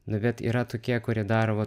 nu bet yra tokie kurie daro va